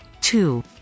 Two